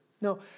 No